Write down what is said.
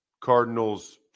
Cardinals